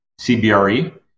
CBRE